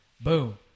Boom